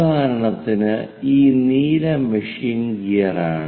ഉദാഹരണത്തിന് ഈ നീല മെഷീൻ ഗിയറാണ്